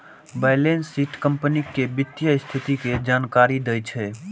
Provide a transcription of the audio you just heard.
balance sheet company के वित्तीय स्थिति के जानकारी दै छै